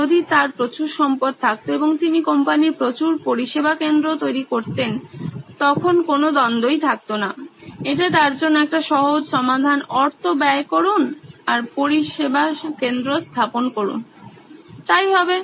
যদি তার প্রচুর সম্পদ থাকতো এবং তিনি কোম্পানির প্রচুর পরিষেবা কেন্দ্র তৈরি করতেন তখন কোনো দ্বন্দ্বই থাকত না এটি তার জন্য একটি সহজ সমাধান অর্থ ব্যয় করুন পরিষেবা কেন্দ্র স্থাপন করুন তাই হবে